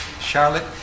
Charlotte